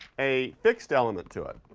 a fixed element to it.